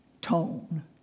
tone